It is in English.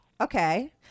Okay